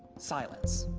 silence.